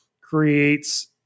creates